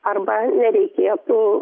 arba nereikėtų